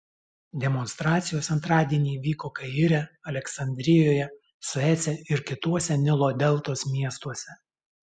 demonstracijos antradienį vyko kaire aleksandrijoje suece ir kituose nilo deltos miestuose